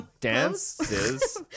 dances